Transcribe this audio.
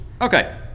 okay